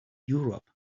europe